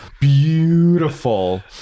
beautiful